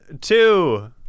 two